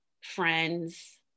friends